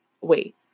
Wait